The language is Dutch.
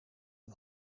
een